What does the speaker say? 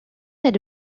had